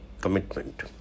commitment